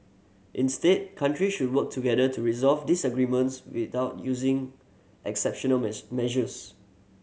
instead countries should work together to resolve disagreements without using exceptional mess measures